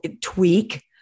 tweak